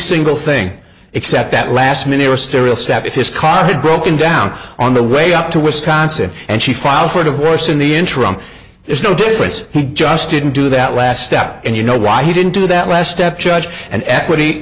single thing except that last minister will step if his car had broken down on the way up to wisconsin and she filed for divorce in the interim there's no difference he just didn't do that last step and you know why he didn't do that last step judge and equity